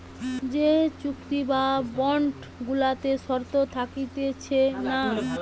যে চুক্তি বা বন্ড গুলাতে শর্ত থাকতিছে না